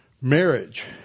Marriage